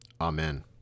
amen